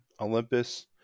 Olympus